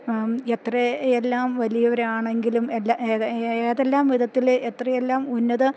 എത്രയെല്ലാം വലിയവരാണെങ്കിലും എല്ലാ ഏതാ ഏതെല്ലാം വിധത്തില് എത്രയെല്ലാം ഉന്നത